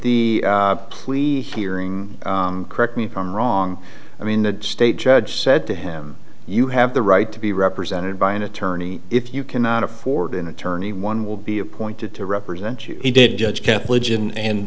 the plea hearing correct me if i'm wrong i mean the state judge said to him you have the right to be represented by an attorney if you cannot afford an attorney one will be appointed to represent you he did judge can